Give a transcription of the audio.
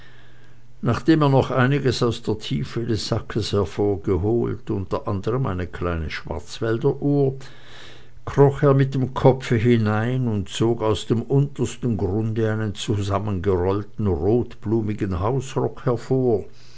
nachdem er noch einiges aus der tiefe des sackes hervorgeholt unter anderm eine kleine schwarzwälderuhr kroch er mit dem kopfe hinein und zog aus dem untersten grunde einen zusammengerollten rotblumigen hausrock hervor